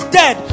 dead